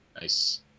Nice